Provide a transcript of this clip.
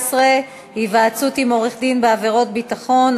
14) (היוועצות עם עורך-דין בעבירות ביטחון),